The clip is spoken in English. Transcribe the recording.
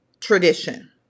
tradition